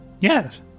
Yes